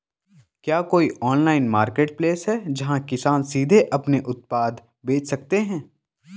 क्या कोई online marketplace है, जहां किसान सीधे अपने उत्पाद बेच सकते हैं?